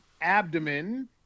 abdomen